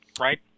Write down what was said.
right